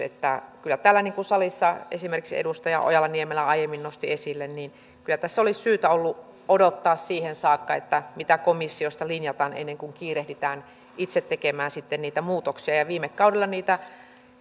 niin kuin täällä salissa esimerkiksi edustaja ojala niemelä aiemmin nosti esille kyllä olisi syytä ollut odottaa siihen saakka että komissiosta linjataan ennen kuin kiirehditään itse tekemään sitten niitä muutoksia viime kaudella suomen linjaa